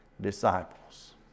disciples